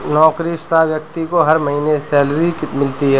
नौकरीशुदा व्यक्ति को हर महीने सैलरी मिलती है